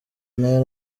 n’ayo